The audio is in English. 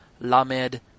lamed